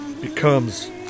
becomes